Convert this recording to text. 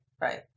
right